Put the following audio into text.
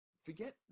Forget